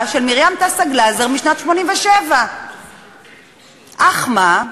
של מרים גלזר-תעסה משנת 1987. אך מה,